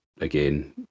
again